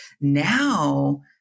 Now